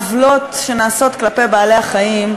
על כל העוולות שנעשות כלפי בעלי-החיים,